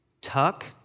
Tuck